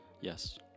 yes